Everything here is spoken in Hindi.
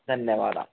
धन्यवाद आपका